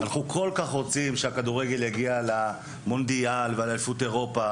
אנחנו כול כך רוצים שהכדורגל יגיע למונדיאל ולאליפות אירופה,